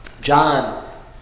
John